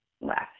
left